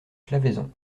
claveyson